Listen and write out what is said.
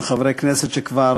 להודות גם לחברי כנסת שחלקם